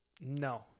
No